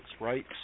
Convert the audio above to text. right